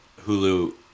Hulu